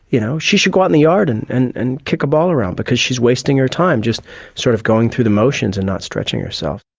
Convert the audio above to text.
you know she should go out in the yard and and and kick a ball around because she's wasting her time just sort of going through the motions and not stretching herself.